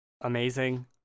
amazing